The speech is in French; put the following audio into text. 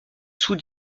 sous